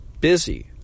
busy